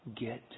Get